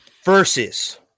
Versus